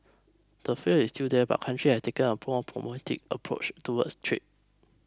the fear is still there but countries have taken a pore pragmatic approach towards trade